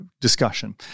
discussion